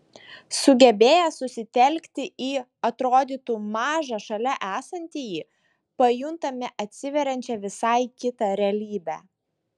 sugebėję susitelkti į atrodytų mažą šalia esantįjį pajuntame atsiveriančią visai kitą realybę